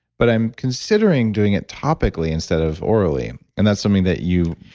but, i'm considering doing it topically instead of orally, and that's something that you.